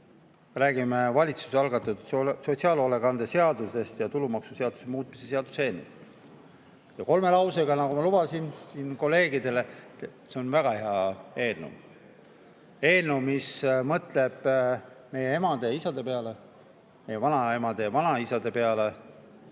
Räägime valitsuse algatatud sotsiaalhoolekande seaduse ja tulumaksuseaduse muutmise seaduse eelnõust. Ütlen kolme lausega, nagu ma kolleegidele lubasin. See on väga hea eelnõu, eelnõu, mis mõtleb meie emade ja isade peale, meie vanaemade ja vanaisade peale